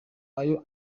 ayo